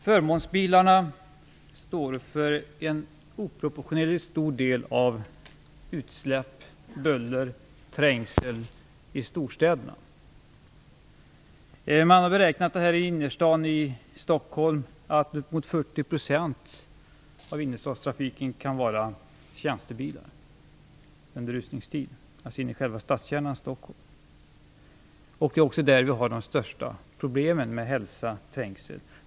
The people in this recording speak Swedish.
Fru talman! Förmånsbilarna står för en oproportionellt stor del av utsläpp, buller och trängsel i storstäderna. Man har beräknat att uppemot 40 % av bilarna under rusningstid i stadskärnan i Stockholm kan vara tjänstebilar. Det är också där som de största problemen med ohälsa och trängsel finns.